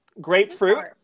grapefruit